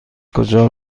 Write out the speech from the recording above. کجا